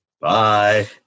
bye